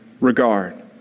regard